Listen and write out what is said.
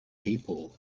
people